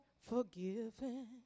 forgiven